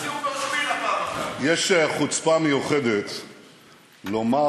ראש-פינה זה לא סינגפור וצפת זה לא קנדה,